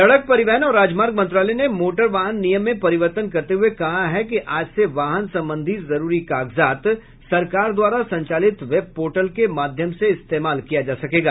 सड़क परिवहन और राजमार्ग मंत्रालय ने मोटरवाहन नियम में परिवर्तन करते हुए कहा है कि आज से वाहन संबंधी जरूरी कागजात सरकार द्वारा संचालित वेब पोर्टल के माध्यम से इस्तेमाल किया जा सकेगा